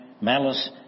malice